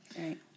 Right